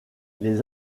les